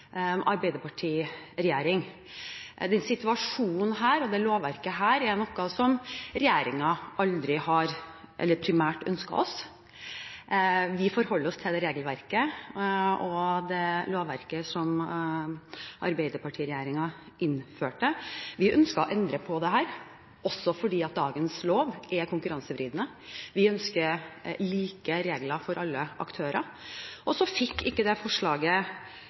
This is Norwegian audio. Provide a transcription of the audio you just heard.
og dette lovverket er noe som denne regjeringen aldri primært har ønsket seg. Vi forholder oss til det regelverket og det lovverket som Arbeiderparti-regjeringen innførte. Vi ønsket å endre på dette, også fordi dagens lov er konkurransevridende. Vi ønsker like regler for alle aktører. Så fikk ikke det forslaget